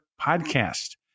podcast